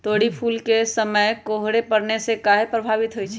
तोरी फुल के समय कोहर पड़ने से काहे पभवित होई छई?